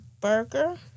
burger